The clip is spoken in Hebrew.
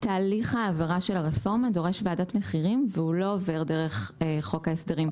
תהליך העברת הרפורמה דורש ועדת מחירים והוא לא עובר דרך חוק ההסדרים.